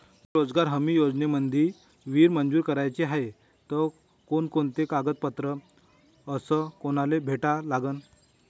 मले रोजगार हमी योजनेमंदी विहीर मंजूर कराची हाये त कोनकोनते कागदपत्र अस कोनाले भेटा लागन?